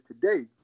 today